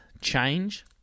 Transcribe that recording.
change